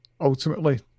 ultimately